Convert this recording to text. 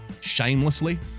shamelessly